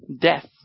Death